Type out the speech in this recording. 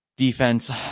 Defense